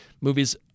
movies